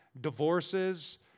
divorces